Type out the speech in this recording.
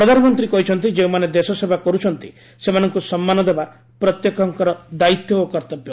ପ୍ରଧାନମନ୍ତ୍ରୀ କହିଛନ୍ତି ଯେଉଁମାନେ ଦେଶସେବା କରୁଛନ୍ତି ସେମାନଙ୍କୁ ସମ୍ମାନ ଦେବା ପ୍ରତ୍ୟେକଙ୍କର ଦାୟିତ୍ୱ ଓ କର୍ତ୍ତବ୍ୟ